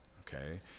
Okay